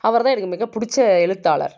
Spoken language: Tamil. அவர்தான் எனக்கு மிக பிடிச்ச எழுத்தாளர்